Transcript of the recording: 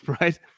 right